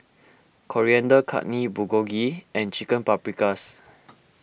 Coriander Chutney Bulgogi and Chicken Paprikas